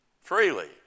freely